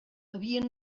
havia